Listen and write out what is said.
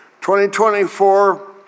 2024